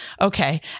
okay